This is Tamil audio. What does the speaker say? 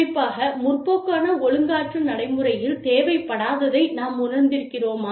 குறிப்பாக முற்போக்கான ஒழுக்காற்று நடைமுறையில் தேவைப்படாததை நாம் உணர்ந்திருக்கிறோமா